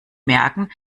merken